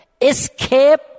escape